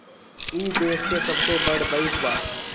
ई देस के सबसे बड़ बईक बा